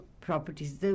properties